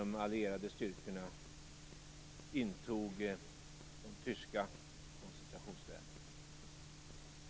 De allierade styrkorna intog de tyska koncentrationslägren.